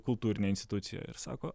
kultūrinė institucija ir sako